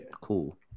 Cool